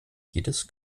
jedes